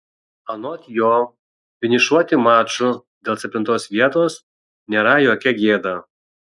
anot jo finišuoti maču dėl septintos vietos nėra jokia gėda